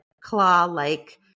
claw-like